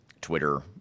Twitter